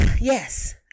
yes